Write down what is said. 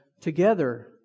together